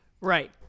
Right